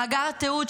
מאגר התיעוד,